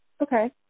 Okay